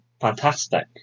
fantastic